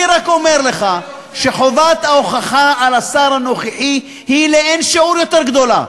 אני רק אומר לך שחובת ההוכחה על השר הנוכחי היא לאין שיעור יותר גדולה,